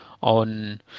on